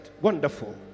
wonderful